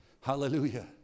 Hallelujah